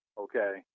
Okay